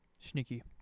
sneaky